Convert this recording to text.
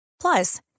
Plus